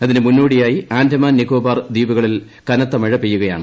ഇതിനു മുന്നോടിയായി ആൻഡമാൻ നിക്കോബാർ ദ്വീപുകളിൽ കനത്തമഴ പെയ്യുകയാണ്